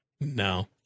No